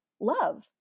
love